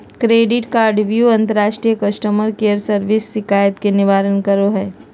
credit कार्डव्यू अंतर्राष्ट्रीय customer care service शिकायत के निवारण करो हइ